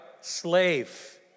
slave